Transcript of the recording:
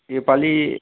योपालि